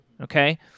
Okay